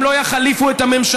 הם לא יחליפו את הממשלה.